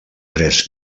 tres